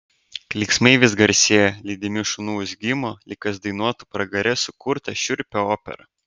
klyksmai vis garsėjo lydimi šunų urzgimo lyg kas dainuotų pragare sukurtą šiurpią operą